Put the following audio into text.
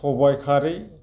सबाइ खारै